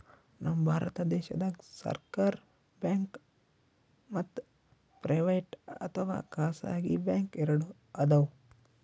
ನಮ್ ಭಾರತ ದೇಶದಾಗ್ ಸರ್ಕಾರ್ ಬ್ಯಾಂಕ್ ಮತ್ತ್ ಪ್ರೈವೇಟ್ ಅಥವಾ ಖಾಸಗಿ ಬ್ಯಾಂಕ್ ಎರಡು ಅದಾವ್